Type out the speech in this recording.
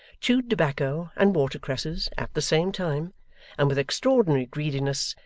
chewed tobacco and water-cresses at the same time and with extraordinary greediness,